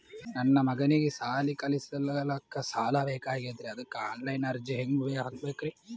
ನನ್ನ ಮಗನಿಗಿ ಸಾಲಿ ಕಲಿಲಕ್ಕ ಸಾಲ ಬೇಕಾಗ್ಯದ್ರಿ ಅದಕ್ಕ ಆನ್ ಲೈನ್ ಅರ್ಜಿ ಹೆಂಗ ಹಾಕಬೇಕ್ರಿ?